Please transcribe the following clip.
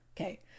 Okay